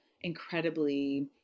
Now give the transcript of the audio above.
incredibly